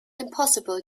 impossible